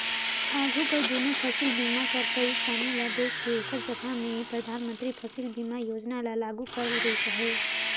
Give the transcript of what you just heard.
आघु कर दुनो फसिल बीमा कर पइरसानी ल देख के एकर जगहा में परधानमंतरी फसिल बीमा योजना ल लागू करल गइस अहे